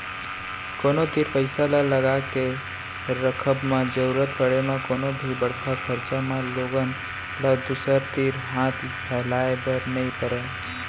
कोनो तीर पइसा ल लगाके रखब म जरुरत पड़े म कोनो भी बड़का खरचा म लोगन ल दूसर तीर हाथ फैलाए बर नइ परय